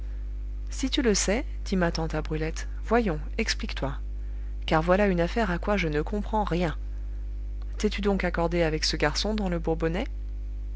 si tu le sais dit ma tante à brulette voyons explique-toi car voilà une affaire à quoi je ne comprends rien t'es-tu donc accordée avec ce garçon dans le bourbonnais